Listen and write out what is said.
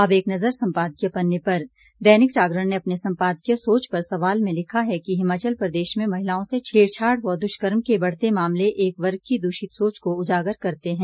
अब एक नज़र सम्पादकीय पन्ने पर दैनिक जागरण ने अपने सम्पादकीय सोच पर सवाल में लिखा है कि हिमाचल प्रदेश में महिलाओं से छेड़छाड़ व दुष्कर्म के बढ़ते मामले एक वर्ग की दूषित सोच को उजागर करते हैं